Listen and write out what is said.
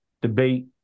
debate